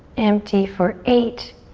empty for eight,